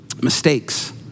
mistakes